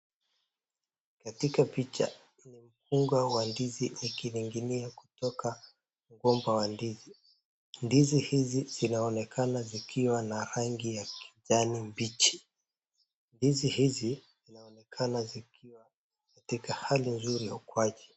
Katika picha mkunga wa ndizi ukining'inia kutoka kwa mgomba wa ndizi, ndizi hizi zinaonekana zikiwa na rangi ya kijani mbichi, ndizi hizi zinaonekana zikiwa katika hali hilo.